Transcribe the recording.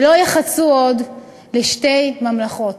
ולא יחצו עוד לשתי ממלכות".